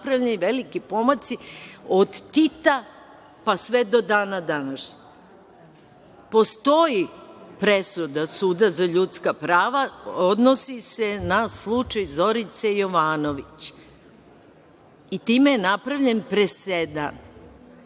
napravljeni veliki pomaci od Tita pa sve do dana današnjeg. Postoji presuda Suda za ljudska prava, odnosi se na slučaj Zorice Jovanović i time je napravljen presedan.